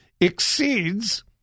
exceeds